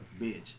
bitch